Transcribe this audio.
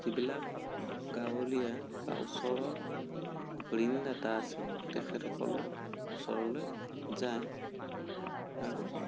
যিবিলাক গাঁৱলীয়া বা ওচৰৰ ঋণদাতা আছে তেখেতসকলৰ ওচৰলৈ যায় আৰু